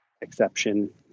exception